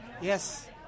Yes